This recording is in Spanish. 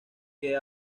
que